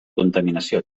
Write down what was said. contaminació